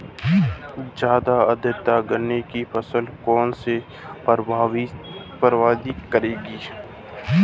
ज़्यादा आर्द्रता गन्ने की फसल को कैसे प्रभावित करेगी?